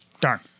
Darn